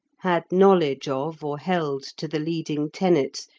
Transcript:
had knowledge of or held to the leading tenets,